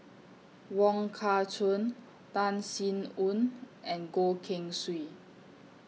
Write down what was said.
Wong Kah Chun Tan Sin Aun and Goh Keng Swee